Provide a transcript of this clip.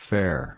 Fair